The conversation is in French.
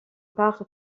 par